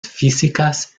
físicas